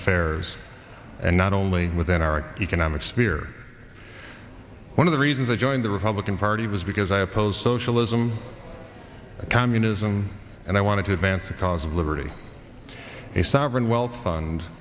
affairs and not only within our economic sphere one of the reasons i joined the republican party was because i opposed socialism communism and i wanted to vent the cause of liberty a sovereign wealth fund